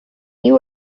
you